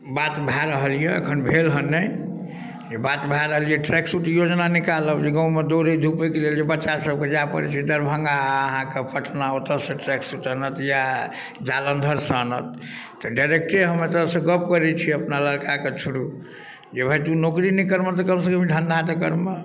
बात भऽ रहल अइ एखन भेल हँ नहि बात भऽ रहल अइ ट्रैक सूट योजना निकालब जे गाममे दौड़े धुपैके लेल जे बच्चासबके जाए पड़ै छै दरभङ्गा आओर अहाँके पटना ओतऽसँ ट्रैक सूट आनत या जालन्धरसँ आनत तऽ डाइरेक्टे हम एतऽसँ गप करै छी अपना लड़काके थ्रू जे भाइ तू नौकरी नहि करबऽ तऽ कमसँ कम धन्धा तऽ करबऽ